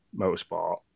Motorsport